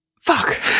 Fuck